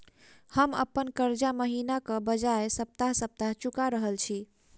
हम अप्पन कर्जा महिनाक बजाय सप्ताह सप्ताह चुका रहल छि